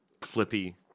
flippy